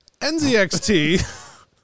nzxt